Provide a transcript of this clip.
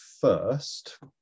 first